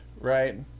right